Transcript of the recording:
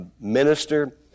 minister